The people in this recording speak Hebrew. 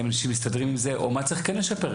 האם אנשים מסתדרים עם זה או מה צריך כן לשפר?